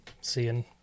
seeing